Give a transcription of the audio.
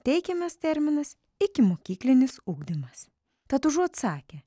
teikiamas terminas ikimokyklinis ugdymas tad užuot sakę